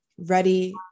ready